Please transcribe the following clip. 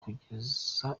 kugeza